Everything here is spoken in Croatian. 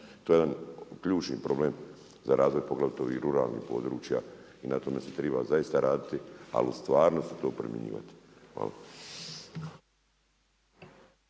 to je jedan ključni problem za razvoj poglavito ovih ruralnih područja i na tome se treba zaista raditi, ali u stvarnosti to primjenjivati. Hvala.